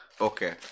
Okay